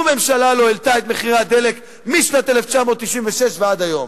שום ממשלה לא העלתה את מחירי הדלק משנת 1996 ועד היום,